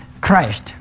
Christ